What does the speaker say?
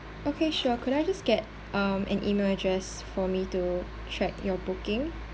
okay sure could I just get um an email address for me to check your booking